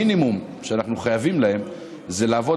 המינימום שאנחנו חייבים להם זה לעבוד,